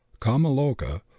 kamaloka